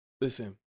Listen